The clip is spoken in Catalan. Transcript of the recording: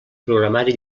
programari